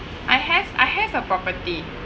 I have I have a property